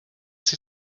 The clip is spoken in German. sie